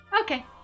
Okay